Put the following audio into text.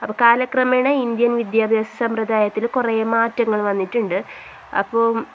കാലക്രമേണെ Indian വിദ്യാഭ്യാസ സമ്പ്രദായത്തിൽ കുറേ മാറ്റങ്ങൾ വന്നിട്ടുണ്ട് അപ്പോൾ